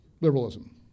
Liberalism